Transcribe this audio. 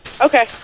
Okay